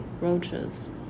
roaches